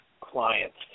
clients